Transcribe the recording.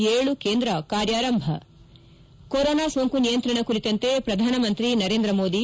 ಏಳು ಕೇಂದ್ರ ಕಾರ್ಯಾರಂಭ ಕೊರೊನಾ ಸೋಂಕು ನಿಯಂತ್ರಣ ಕುರಿತಂತೆ ಪ್ರಧಾನಮಂತ್ರಿ ನರೇಂದ್ರ ಮೋದಿ